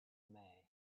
may